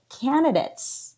candidates